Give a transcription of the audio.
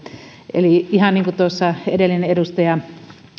eli ihan niin kuin tuossa edellinen edustaja